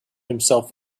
himself